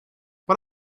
but